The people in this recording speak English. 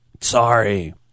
sorry